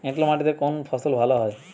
এঁটেল মাটিতে কোন ফসল ভালো হয়?